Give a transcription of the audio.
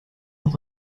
noch